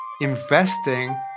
investing